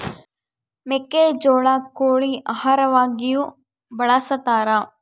ಮೆಕ್ಕೆಜೋಳ ಕೋಳಿ ಆಹಾರವಾಗಿಯೂ ಬಳಸತಾರ